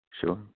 sure